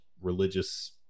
religious